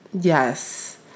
Yes